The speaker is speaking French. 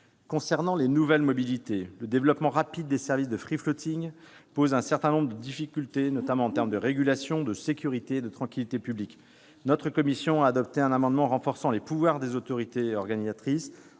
Concernant les nouvelles mobilités, le développement rapide des services de pose un certain nombre de difficultés, notamment en termes de régulation, de sécurité et de tranquillité publiques. Notre commission a adopté un amendement renforçant les pouvoirs des autorités organisatrices,